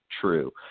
true